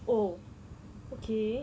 oh okay